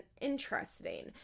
interesting